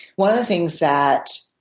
one of the things that